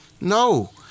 no